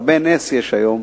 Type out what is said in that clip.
הרבה נס יש היום,